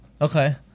Okay